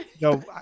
No